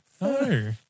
No